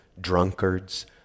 drunkards